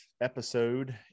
episode